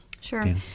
Sure